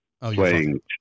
playing